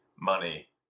money